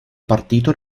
partito